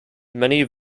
many